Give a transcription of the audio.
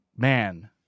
Man